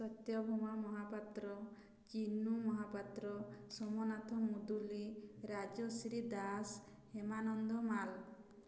Satyabhama Mohapatra Chinu Mohapatra Somnath Muduli Rajashree Das Hemananda Mal